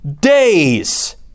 days